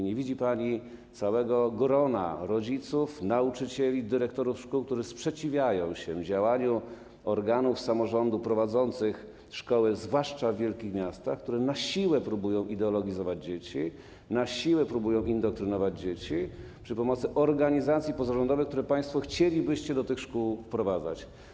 Nie widzi pani całego grona rodziców, nauczycieli, dyrektorów szkół, którzy sprzeciwiają się działaniu organów samorządu prowadzących szkoły, zwłaszcza w wielkich miastach, które na siłę próbują ideologizować dzieci, indoktrynować przy pomocy organizacji pozarządowych, które państwo chcielibyście do tych szkół wprowadzać.